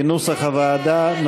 כנוסח הוועדה.